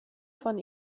von